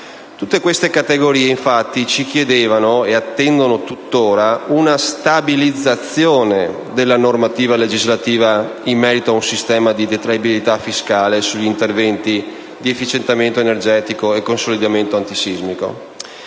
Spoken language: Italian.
Tutte queste categorie, infatti, ci chiedevano (e attendono tuttora) una stabilizzazione della normativa legislativa in merito ad un sistema di detraibilità fiscale per gli interventi di efficientamento energetico e consolidamento antisismico.